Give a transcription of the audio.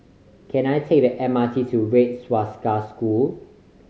can I take the M R T to Red Swastika School